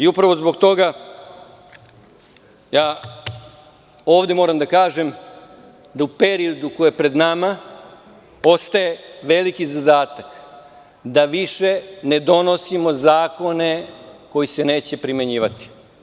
Upravo zbog toga ja ovde moram da kažem da u periodu koji je pred nama, postaje veliki zadatak da više ne donosimo zakone koji se neće primenjivati.